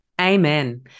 Amen